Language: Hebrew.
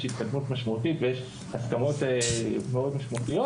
התקדמות משמעותית ויש הסכמות מאוד משמעותיות.